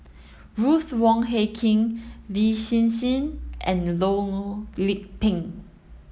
Ruth Wong Hie King Lin Hsin Hsin and Loh Lik Peng